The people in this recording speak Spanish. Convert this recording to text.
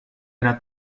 era